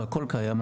הכל קיים.